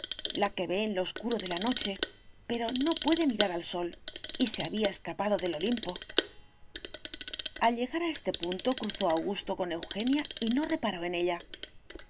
la que ve en lo oscuro de la noche pero no puede mirar al sol y se había escapado del olimpo al llegar a este punto cruzó augusto con eugenia y no reparó en ella